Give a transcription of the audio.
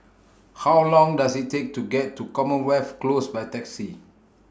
How Long Does IT Take to get to Commonwealth Close By Taxi